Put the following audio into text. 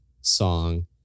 song